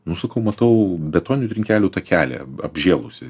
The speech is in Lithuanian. nu sakau matau betoninių trinkelių takelį apžėlusį